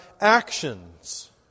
actions